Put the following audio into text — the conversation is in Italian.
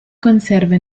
conserva